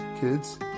kids